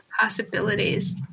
possibilities